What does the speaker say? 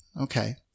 okay